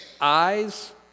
eyes